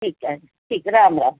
ठीकु आहे ठीकु राम राम